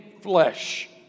flesh